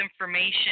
information